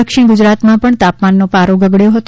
દક્ષિણ ગુજરાતમાં પણ તાપમાનનો પારો ગગડ્યો હતો